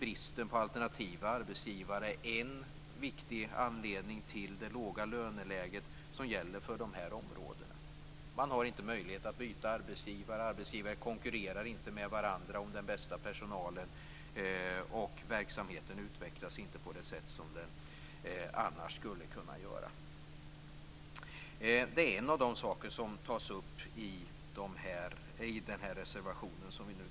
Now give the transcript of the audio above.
Bristen på alternativa arbetsgivare är också en viktig anledning till det låga löneläget på dessa områden. Det finns ingen möjlighet att byta arbetsgivare. Arbetsgivare konkurrerar inte med varandra om den bästa personalen. Verksamheten utvecklas inte på det sätt som den annars skulle kunna göra. Detta är en av de saker som tas upp i reservationen.